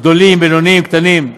גדולים, בינוניים וקטנים.